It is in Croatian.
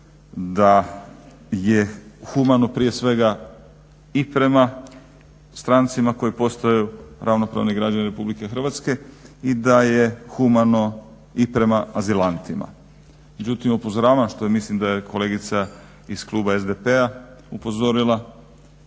da je humano prije svega i prema strancima koji postaju ravnopravni građani RH i da je humano i prema azilantima. Međutim, upozoravam što mislim da je kolegica iz kluba SDP-a upozorila